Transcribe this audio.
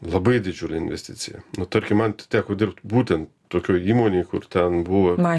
didžiulė investicija labai didžiulė investicija nu tarkim man tai teko dirbt būtent tokioj įmonėj kur ten buvo